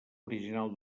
original